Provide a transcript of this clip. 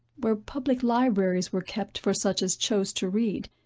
where public libraries were kept for such as chose to read,